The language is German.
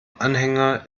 anhänger